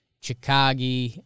Chicago